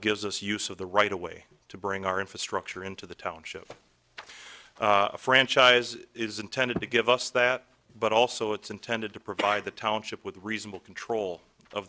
gives us use of the right a way to bring our infrastructure into the township franchise is intended to give us that but also it's intended to provide the township with reasonable control of the